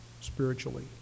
Spiritually